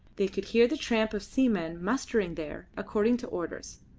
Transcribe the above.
they could hear the tramp of seamen mustering there according to orders.